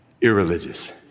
irreligious